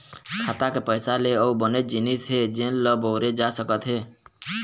खाता के पइसा ले अउ बनेच जिनिस हे जेन ल बउरे जा सकत हे